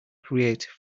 create